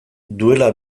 duela